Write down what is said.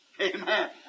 Amen